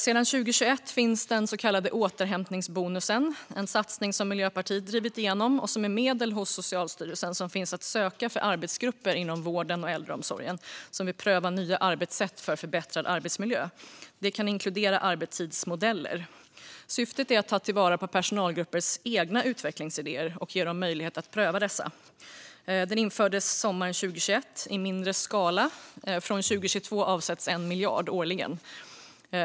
Sedan 2021 finns den så kallade återhämtningsbonusen, en satsning som Miljöpartiet drivit igenom och som är medel hos Socialstyrelsen som finns att söka för arbetsgrupper inom vården och äldreomsorgen som vill pröva nya arbetssätt för förbättrad arbetsmiljö. Det kan inkludera arbetstidsmodeller. Syftet är att ta till vara personalgruppers egna utvecklingsidéer och ge dem möjlighet att pröva dessa. Återhämtningsbonusen infördes sommaren 2021 i mindre skala. Från och med 2022 avsätts 1 miljard kronor årligen.